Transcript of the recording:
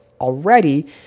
already